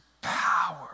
power